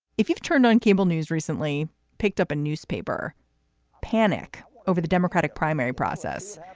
if you've turned on cable news recently, picked up a newspaper panic over the democratic primary process.